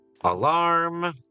alarm